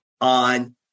on